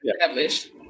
established